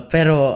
Pero